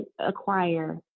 acquire